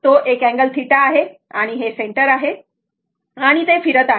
तर तो एक अँगल θ आहे आणि ते सेंटर आहे बरोबर आणि ते फिरत आहेत